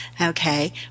Okay